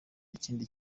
ikindi